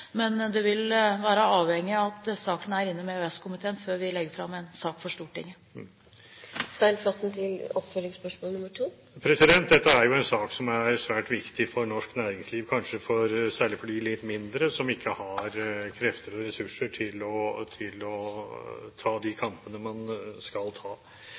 Men vi er avhengig av at saken er innom EØS-komiteen før vi legger fram en sak for Stortinget. Dette er en sak som er svært viktig for norsk næringsliv, kanskje særlig for de litt mindre aktørene som ikke har krefter og ressurser til å ta de kampene man skal ta.